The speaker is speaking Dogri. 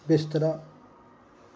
बिस्तरा